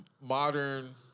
modern